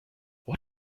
what